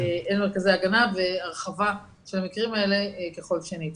אל מרכזי ההגנה והרחבה של המקרים האלה ככל שניתן.